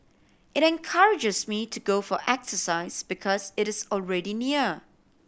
it encourages me to go for exercise because it is already near